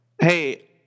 hey